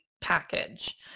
package